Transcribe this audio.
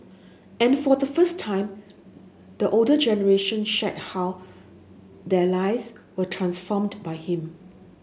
and for the first time the older generation shared how their lives were transformed by him